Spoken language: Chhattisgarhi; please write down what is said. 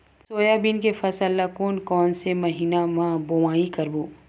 सोयाबीन के फसल ल कोन कौन से महीना म बोआई करबो?